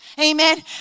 Amen